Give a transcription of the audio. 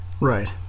right